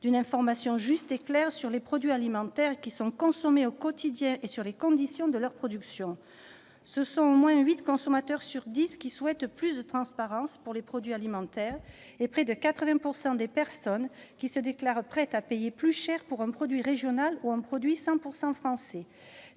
d'une information juste et claire sur les produits alimentaires qui sont consommés au quotidien et sur les conditions de leur production. Ce sont au moins huit consommateurs sur dix qui souhaitent plus de transparence pour les produits alimentaires et près de 80 % des personnes qui se déclarent prêtes à payer plus cher pour un produit régional ou pour un produit 100 % français.